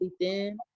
thin